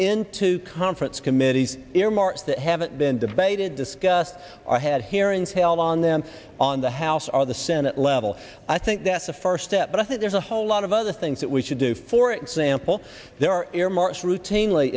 into conference committees earmarks that haven't been debated discussed are had hearings held on them on the house are the senate level i think that's a first step but i think there's a whole lot of other things that we should do for example there are air marshal routinely